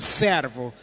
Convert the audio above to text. servo